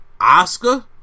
Oscar